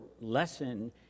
lesson